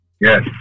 Yes